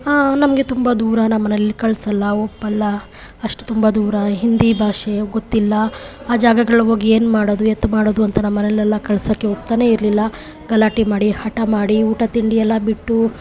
ನಮಗೆ ತುಂಬ ದೂರ ನಮ್ಮನೇಲಿ ಕಳ್ಸೋಲ್ಲ ಒಪ್ಪಲ್ಲ ಅಷ್ಟು ತುಂಬ ದೂರ ಹಿಂದಿ ಭಾಷೆ ಗೊತ್ತಿಲ್ಲ ಆ ಜಾಗಗಳಿಗೆ ಹೋಗಿ ಏನು ಮಾಡೋದು ಎತ್ತ ಮಾಡೋದು ಅಂತ ನಮ್ಮನೆಯಲ್ಲೆಲ್ಲ ಕಳಿಸೋಕೆ ಒಪ್ತಲೇ ಇರಲಿಲ್ಲ ಗಲಾಟೆ ಮಾಡಿ ಹಠ ಮಾಡಿ ಊಟ ತಿಂಡಿಯೆಲ್ಲ ಬಿಟ್ಟು